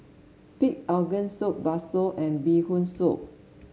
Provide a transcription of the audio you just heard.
Pig Organ Soup bakso and Bee Hoon Soup